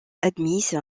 admise